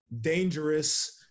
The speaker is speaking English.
dangerous